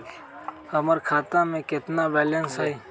हमर खाता में केतना बैलेंस हई?